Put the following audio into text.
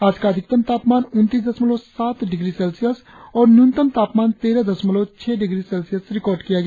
आज का अधिकतम तापमान उनतीस दशमलव सात डिग्री सेल्सियस और न्यूनतम तापमान तेरह दशमलव छह डिग्री सेल्सियस रिकार्ड किया गया